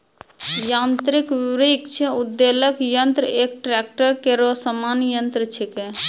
यांत्रिक वृक्ष उद्वेलक यंत्र एक ट्रेक्टर केरो सामान्य यंत्र छिकै